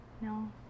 No